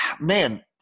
man